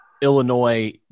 Illinois